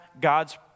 God's